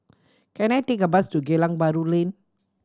can I take a bus to Geylang Bahru Lane